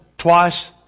twice